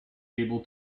able